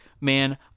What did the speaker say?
man